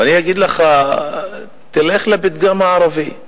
ואני אגיד לך שתלך לפתגם הערבי,